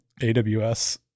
aws